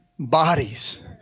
Bodies